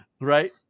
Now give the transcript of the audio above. Right